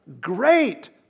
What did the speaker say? great